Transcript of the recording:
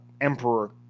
Emperor